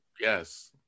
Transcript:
Yes